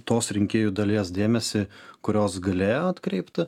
tos rinkėjų dalies dėmesį kurios galėjo atkreipti